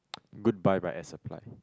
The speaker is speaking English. goodbye by Air Supply